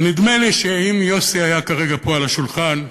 ונדמה לי שאם יוסי היה כרגע פה ליד השולחן,